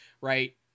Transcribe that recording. right